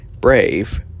brave